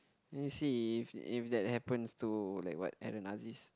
you see if if that happens to like what like the Nazis